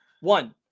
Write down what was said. One